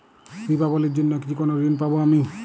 দীপাবলির জন্য কি কোনো ঋণ পাবো আমি?